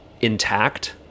intact